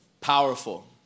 powerful